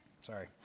sorry